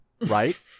right